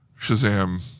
Shazam